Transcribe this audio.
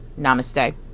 namaste